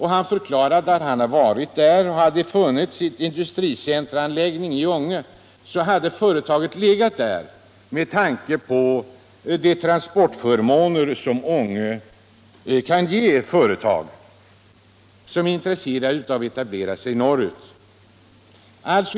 Han förklarade att han hade varit där, och hade det funnits en industricenteranläggning i Ånge så hade företaget legat där med tanke på de transportförmåner som Ånge kan ge ett företag som är intresserat av att etablera sig norrut.